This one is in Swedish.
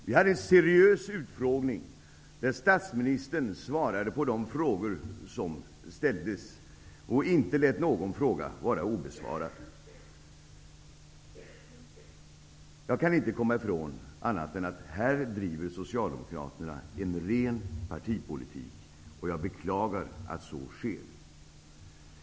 Vi hade en seriös utfrågning, där statsministern svarade på de frågor som ställdes och inte lät någon fråga vara obesvarad. Jag kan inte komma ifrån att Socialdemokraterna här driver en ren partipolitik, och jag beklagar att så sker.